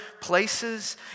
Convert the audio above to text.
places